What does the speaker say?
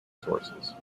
sources